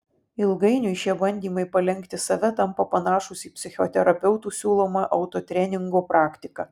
ilgainiui šie bandymai palenkti save tampa panašūs į psichoterapeutų siūlomą autotreningo praktiką